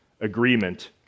agreement